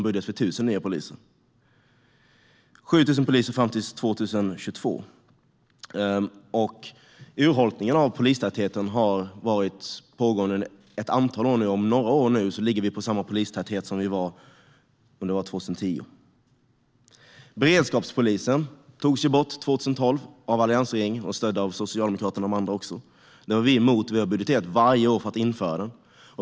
Moderaterna lade i höstas fram en budget för 1 000 nya poliser. Urholkningen av polistätheten har pågått ett antal år, och om några år ligger vi på samma polistäthet som, tror jag, 2010. Beredskapspolisen togs bort 2012 av alliansregeringen, stödd av Socialdemokraterna och de andra också. Det var vi emot, och vi har budgeterat varje år för att återinföra den.